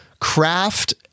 craft